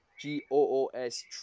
g-o-o-s